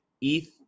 ETH